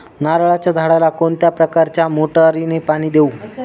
नारळाच्या झाडाला कोणत्या प्रकारच्या मोटारीने पाणी देऊ?